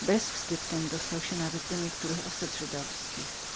bezwstyd ten dostał się nawet do niektórych osad żydowskich